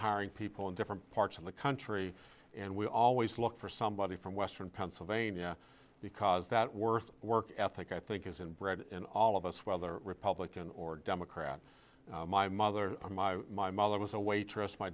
hiring people in different parts of the country and we always look for somebody from western pennsylvania because that worth of work ethic i think is inbred in all of us whether republican or democrat my mother or my my mother was a waitress my